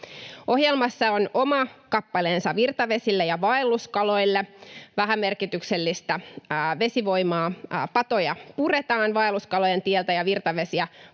Ohjelmassa on oma kappaleensa virtavesille ja vaelluskaloille: vähämerkityksellistä vesivoimaa ja patoja puretaan vaelluskalojen tieltä ja virtavesiä